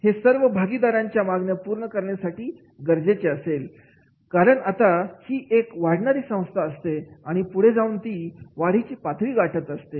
हे सर्व भागीदारांच्या मागण्या पूर्ण करण्यासाठी गरजेचे असेल कारण आता ही एक वाढणारी संस्था असते आणि पुढे जाऊन ती वाडी ची पातळी गाठत असते